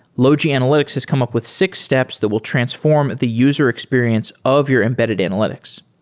logi analytics has come up with six steps that will transform the user experience of your embedded analytics.